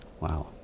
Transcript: Wow